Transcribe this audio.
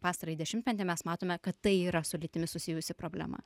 pastarąjį dešimtmetį mes matome kad tai yra su lytimi susijusi problema